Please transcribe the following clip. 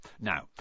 now